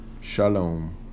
Shalom